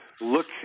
look